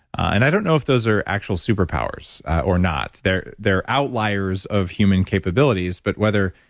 and i don't know if those are actual superpowers or not. they're they're outliers of human capabilities but whether.